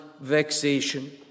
vexation